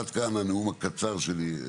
עד כאן הנאום הקצר שלי.